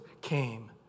came